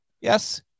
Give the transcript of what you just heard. yes